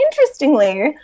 interestingly